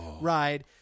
ride